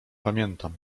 pamiętam